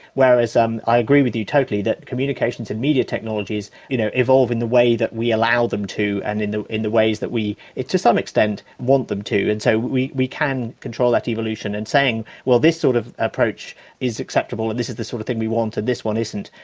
whereas um i agree with you totally that communications in media technologies you know evolve in the way that we allow them to and in the in the ways that we to some extent want them to. and so we we can control that evolution. and saying, well, this sort of approach is acceptable and this is the sort of thing we want, and this one isn't,